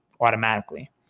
automatically